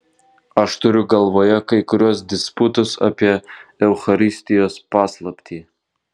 aš turiu galvoje kai kuriuos disputus apie eucharistijos paslaptį